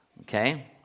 okay